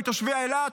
מתושבי אילת?